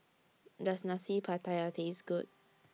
Does Nasi Pattaya Taste Good